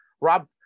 Rob